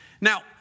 Now